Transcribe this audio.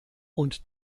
und